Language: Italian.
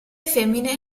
femmine